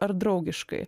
ar draugiškai